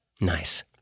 Nice